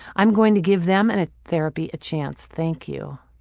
i'm going to give them and ah therapy a chance. thank you.